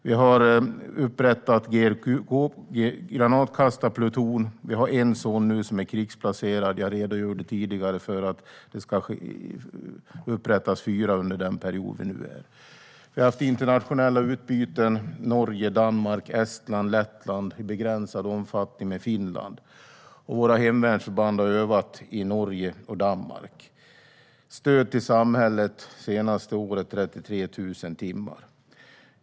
Vi har upprättat en granatkastarpluton. Vi har nu en sådan som är krigsplacerad. Jag redogjorde tidigare för att det ska upprättas fyra under den period vi nu är i. Vi har haft internationella utbyten med Norge, Danmark, Estland, Lettland och i begränsad omfattning med Finland. Våra hemvärnsförband har övat i Norge och Danmark. Stödet till samhället det senaste året var 33 000 timmar.